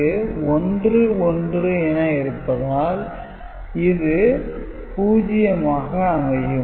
இங்கு 1 1 என இருப்பதால் இது 0 ஆக அமையும்